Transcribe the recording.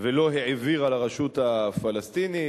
ולא העבירה לרשות הפלסטינית.